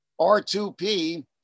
R2P